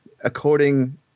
according